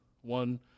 one